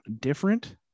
different